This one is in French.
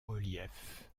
relief